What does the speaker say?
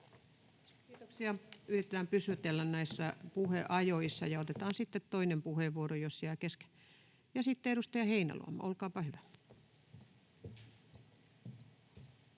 Kiitoksia. — Yritetään pysytellä näissä puheajoissa ja otetaan sitten toinen puheenvuoro, jos jää kesken. — Sitten edustaja Heinäluoma, olkaapa hyvä.